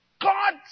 God